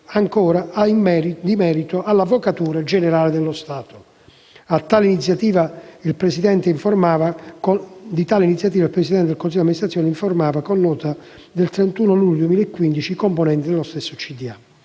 parere in merito all'Avvocatura generale dello Stato. Di tale iniziativa il presidente del consiglio di amministrazione informava con nota del 31 luglio 2015 i componenti del consiglio di